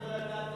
אני לא ידעתי.